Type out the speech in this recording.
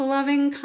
Loving